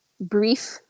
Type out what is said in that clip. brief